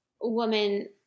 woman